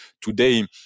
Today